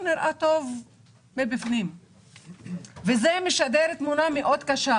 נראה טוב מבפנים וזה משדר תמונה קשה.